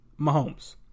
Mahomes